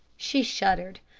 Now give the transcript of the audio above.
she shuddered.